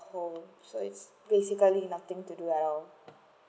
home so it's basically nothing to do around